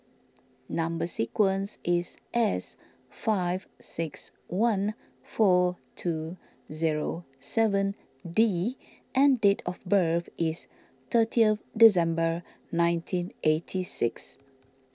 Number Sequence is S five six one four two zero seven D and date of birth is thirtieth December nineteen eighty six